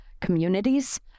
communities